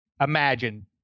imagine